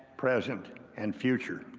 present and future.